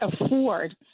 afford